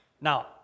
Now